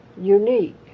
unique